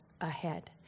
ahead